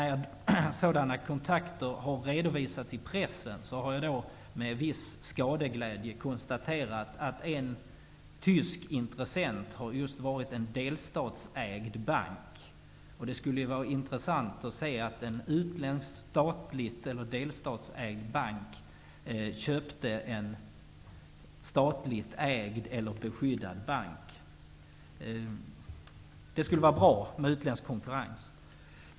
När sådana kontakter har redovisats i pressen har jag med en viss skadeglädje konstaterat att en tysk intressent har varit en delstatsägd bank. Det skulle vara intressant om en utländsk statligt ägd eller delstatsägd bank köpte en statligt ägd eller beskyddad bank. Det skulle vara bra med utländsk konkurrens.